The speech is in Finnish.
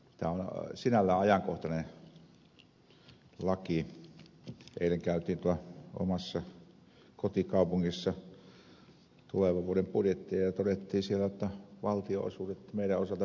tämä on sinällään ajankohtainen laki kun eilen käytiin omassa kotikaupungissani tulevan vuoden budjettia läpi ja todettiin siellä jotta valtionosuudet meidän osaltamme pienenevät ensi vuoden osalta